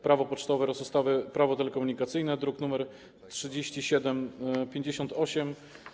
Prawo pocztowe oraz ustawy Prawo telekomunikacyjne, druk nr 3758.